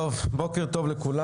בוקר טוב לכולם.